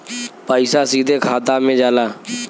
पइसा सीधे खाता में जाला